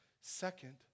Second